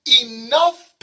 enough